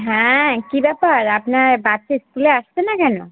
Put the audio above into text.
হ্যাঁ কী ব্যাপার আপনার বাচ্চা স্কুলে আসছে না কেন